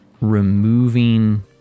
removing